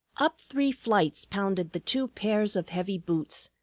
up three flights pounded the two pairs of heavy boots,